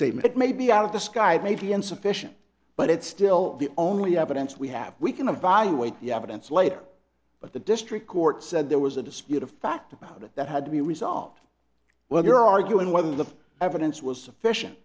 statement it may be out of the sky it may be insufficient but it's still the only evidence we have we can evaluate the evidence later but the district court said there was a dispute a fact about it that had to be resolved when you're arguing whether the evidence was sufficient